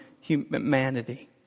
humanity